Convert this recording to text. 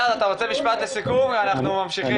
אז אני חושב שאחד הפתרונות שאנחנו צריכים